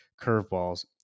curveballs